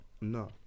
No